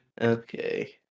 Okay